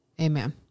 Amen